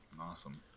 awesome